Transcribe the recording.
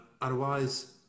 Otherwise